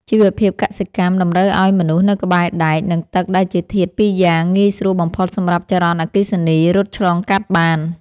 ជីវភាពកសិកម្មតម្រូវឱ្យមនុស្សនៅក្បែរដែក និងទឹកដែលជាធាតុពីរយ៉ាងងាយស្រួលបំផុតសម្រាប់ចរន្តអគ្គិសនីរត់ឆ្លងកាត់បាន។